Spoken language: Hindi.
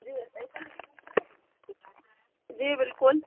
जी बताइए जी बिल्कुल